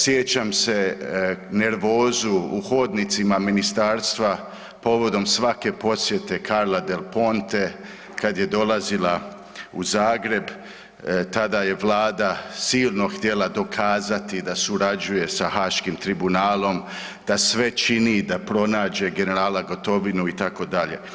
Sjećam se nervozu u hodnicima ministarstva povodom svake posjete Carla Del Ponte kad je dolazila u Zagreb, tada je Vlada silno htjela dokazati da surađuje sa Haškim tribunalom, da sve čini da pronađe generala Gotovinu, itd.